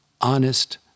honest